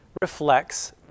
reflects